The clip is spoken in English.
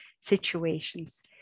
situations